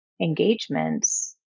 engagements